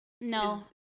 no